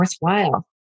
worthwhile